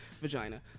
vagina